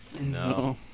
No